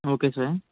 okay sir